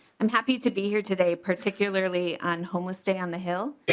i'm happy to be here today particularly on homeless stay on the hill.